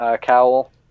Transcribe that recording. cowl